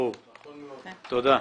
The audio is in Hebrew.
תודה.